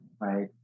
Right